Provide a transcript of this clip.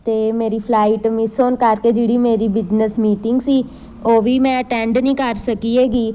ਅਤੇ ਮੇਰੀ flight miss ਹੋਣ ਕਰਕੇ ਜਿਹੜੀ ਮੇਰੀ ਬਿਜਨਸ ਮੀਟਿੰਗ ਸੀ ਉਹ ਵੀ ਮੈਂ ਅਟੈਂਡ ਨਹੀਂ ਕਰ ਸਕੀ ਹੈਗੀ